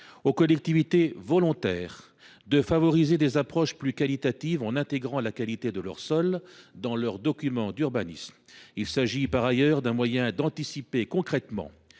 aux collectivités volontaires de favoriser des approches plus qualitatives en intégrant la qualité de leurs sols dans leurs documents d’urbanisme. Il s’agit par ailleurs d’un moyen d’anticiper concrètement